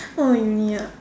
oh uni ah